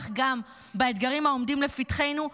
כך גם באתגרים העומדים לפתחנו,